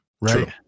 right